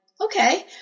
okay